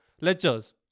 lectures